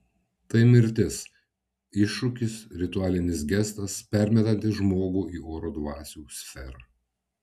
tai mirtis iššūkis ritualinis gestas permetantis žmogų į oro dvasių sferą